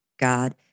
God